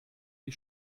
die